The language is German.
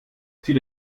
zieht